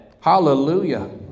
Hallelujah